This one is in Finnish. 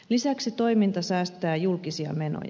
lisäksi toiminta säästää julkisia menoja